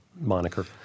moniker